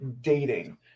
dating